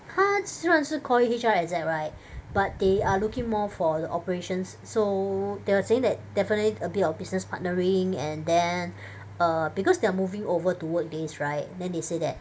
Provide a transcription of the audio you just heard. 他虽然是 call it H_R exec right but they are looking more for the operations so they were saying that definitely a bit of business partnering and then err because they are moving over to work days right then they say that